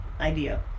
idea